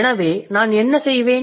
எனவே நான் என்ன செய்வேன்